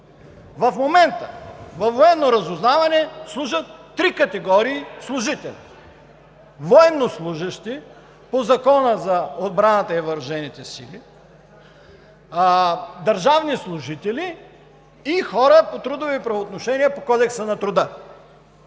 В момента във „Военно разузнаване“ служат три категории служители – военнослужещи по Закона за отбраната и въоръжените сили, държавни служители и хора по трудови правоотношения по Кодекса на труда.